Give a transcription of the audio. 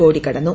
കോടി കടന്നു